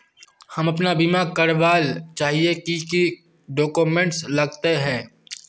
हम अपन बीमा करावेल चाहिए की की डक्यूमेंट्स लगते है?